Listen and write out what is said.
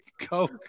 coke